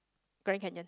Grand Canyon